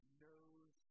knows